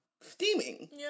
steaming